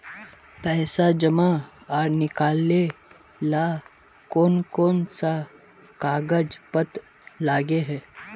पैसा जमा आर निकाले ला कोन कोन सा कागज पत्र लगे है?